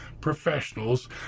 professionals